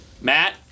Matt